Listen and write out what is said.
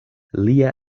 lia